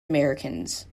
americans